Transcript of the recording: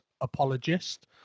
apologist